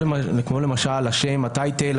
כמו למשל הטייטל,